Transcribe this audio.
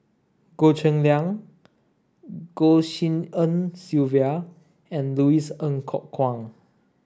Goh Cheng Liang Goh Tshin En Sylvia and Louis Ng Kok Kwang